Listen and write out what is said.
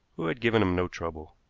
who had given him no trouble.